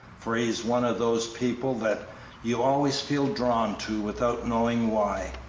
for he's one of those people that you always feel drawn to without knowing why.